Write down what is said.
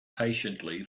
patiently